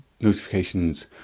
notifications